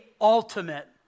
ultimate